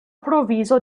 provizo